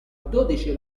dodici